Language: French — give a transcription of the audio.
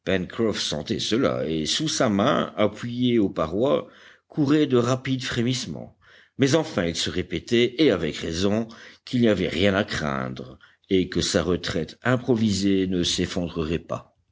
cela et sous sa main appuyée aux parois couraient de rapides frémissements mais enfin il se répétait et avec raison qu'il n'y avait rien à craindre et que sa retraite improvisée ne s'effondrerait pas